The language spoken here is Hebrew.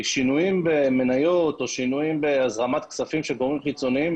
שינויים במניות או שינויים בהחלפת כספים של גורמים חיצוניים,